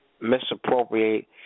misappropriate